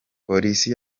polisi